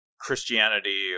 Christianity